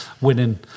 winning